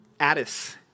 Addis